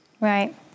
Right